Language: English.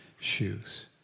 shoes